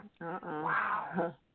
Wow